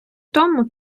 тому